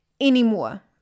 anymore